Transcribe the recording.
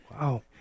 Wow